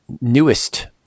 newest